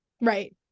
Right